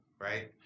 right